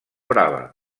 brava